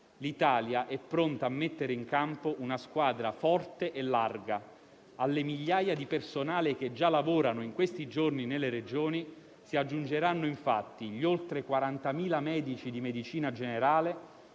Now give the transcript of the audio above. L'Italia è pronta a mettere in campo una squadra forte e larga. Alle migliaia di personale che già lavorano in questi giorni nelle Regioni si aggiungeranno gli oltre 40.000 medici di medicina generale;